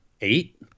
Eight